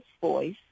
voice